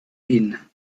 ihn